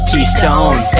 Keystone